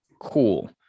cool